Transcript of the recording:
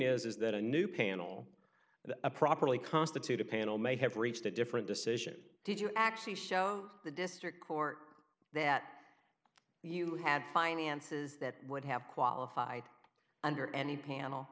is that a new panel of a properly constituted panel may have reached a different decision did you actually show the district court that you had finances that would have qualified under any panel